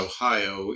Ohio